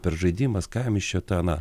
per žaidimas kam jis čia tą aną